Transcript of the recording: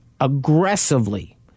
aggressively